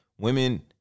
women